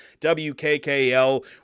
WKKL